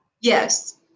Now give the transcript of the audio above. Yes